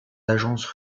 agences